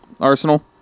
Arsenal